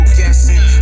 guessing